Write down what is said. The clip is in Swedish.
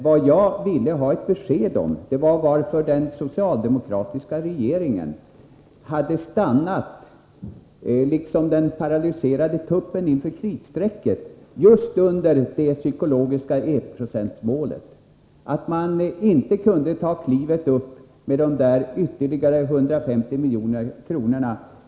Vad jag ville ha besked om är varför den socialdemokratiska regeringen stannat, liksom den paralyserade tuppen inför kritstrecket, just under det psykologiska enprocentsmålet och inte kunnat ”ta klivet upp” med ytterligare 150 milj.kr.